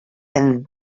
and